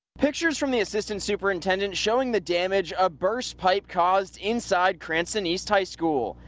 pictures from the assistant superintendent showing the damage a burst pipe caused inside cranston east high school.